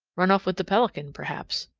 run off with the pelican perhaps.